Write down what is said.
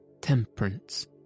temperance